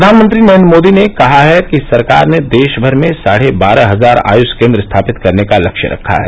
प्रधानमंत्री नरेन्द्र मोदी ने कहा है कि सरकार ने देश भर में साढ़े बारह हजार आयुष केन्द्र स्थापित करने का लक्ष्य रखा है